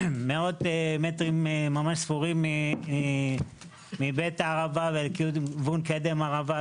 מאות מטרים ספורים מבית הערבה וכיוון קדם ערבה,